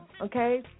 okay